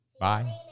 Bye